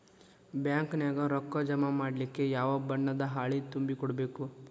Bank ನ್ಯಾಗ ರೊಕ್ಕಾ ಜಮಾ ಮಾಡ್ಲಿಕ್ಕೆ ಯಾವ ಬಣ್ಣದ್ದ ಹಾಳಿ ತುಂಬಿ ಕೊಡ್ಬೇಕು?